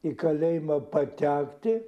į kalėjimą patekti